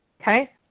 Okay